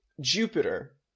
Jupiter